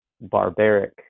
barbaric